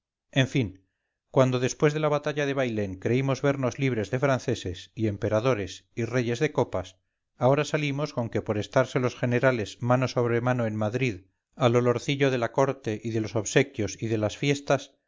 en fin cuando después de la batalla de bailén creímos vernos libres de franceses y emperadores y reyes de copas ahora salimos con que por estarse los generales mano sobre mano en madrid al olorcillo de la corte y de los obsequios y de las fiestas